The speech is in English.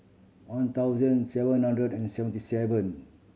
one thousand seven hundred and seventy seven